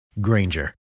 Granger